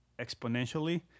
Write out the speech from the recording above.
exponentially